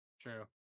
True